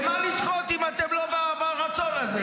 למה לדחות אם אתם לא ברצון הזה?